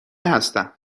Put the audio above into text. هستم